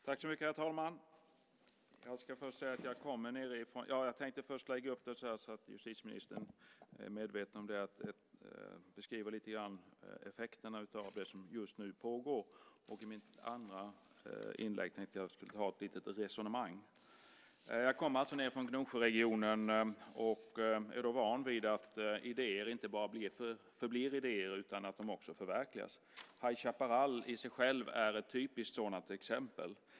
Herr talman! För att justitieministern ska vara medveten om det tänkte jag lägga upp det så att jag först beskriver effekterna av det som just nu pågår och i mitt andra inlägg för ett litet resonemang. Jag kommer från Gnosjöregionen och är van vid att idéer inte bara förblir idéer utan också förverkligas. High Chaparral i sig själv är ett typiskt sådant exempel.